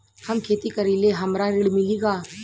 हम खेती करीले हमरा ऋण मिली का?